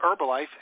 Herbalife